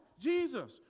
Jesus